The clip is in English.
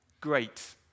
Great